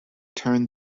turn